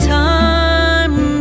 time